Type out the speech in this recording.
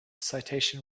citation